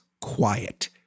quiet